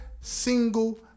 single